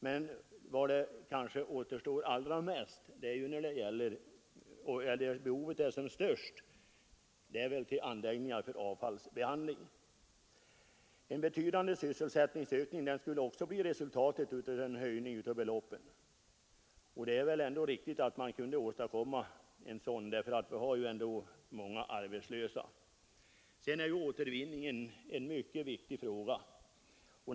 Behovet är störst när det gäller anläggningar för avfallsbehandling. Även en betydande sysselsättningsökning skulle bli resultatet av en höjning av beloppet. Det är väl ändå angeläget att åstadkomma en sådan sysselsättningsökning, när det finns så många arbetslösa. Återvinning är en mycket viktig fråga.